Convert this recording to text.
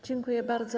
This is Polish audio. Dziękuję bardzo.